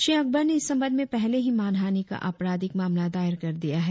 श्री अकबर ने इस संबंध में पहले ही मानहानि का आपराधिक मामला दायर कर दिया है